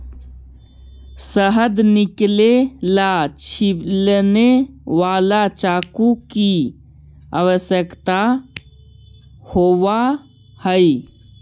शहद निकाले ला छिलने वाला चाकू की आवश्यकता होवअ हई